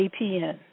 APN